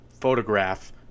photograph